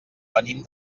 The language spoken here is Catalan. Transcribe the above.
venim